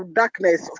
darkness